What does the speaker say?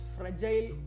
fragile